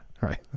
Right